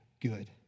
good